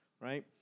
right